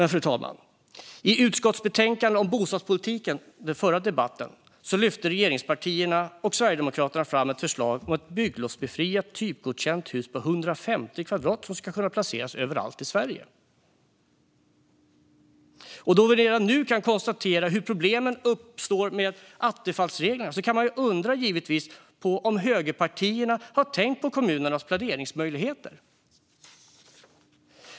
Fru talman! I utskottsbetänkandet om bostadspolitiken - den föregående debatten - lyfte regeringspartierna och Sverigedemokraterna fram ett förslag om ett bygglovsbefriat typgodkänt hus på 150 kvadratmeter som ska kunna placeras överallt i Sverige. Eftersom vi redan nu kan konstatera hur problemen uppstår med attefallsreglerna kan man givetvis undra om högerpartierna har tänkt på kommunernas planeringsmöjligheter.